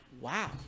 wow